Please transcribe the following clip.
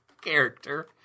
character